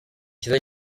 cyiza